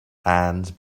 hands